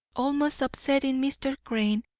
almost upsetting mr. crane,